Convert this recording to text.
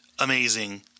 amazing